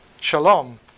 Shalom